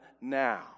now